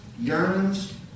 Yearns